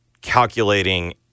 calculating